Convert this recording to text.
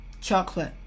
chocolate